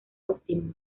óptimo